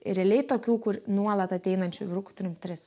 realiai tokių kur nuolat ateinančių vyrukų turim tris